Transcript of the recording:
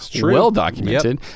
well-documented